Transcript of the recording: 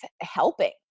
helping